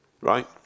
right